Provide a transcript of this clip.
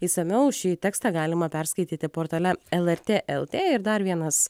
išsamiau šį tekstą galima perskaityti portale lrt lt ir dar vienas